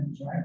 right